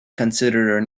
considered